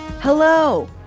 Hello